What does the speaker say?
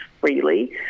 freely